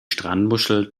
strandmuschel